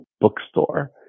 bookstore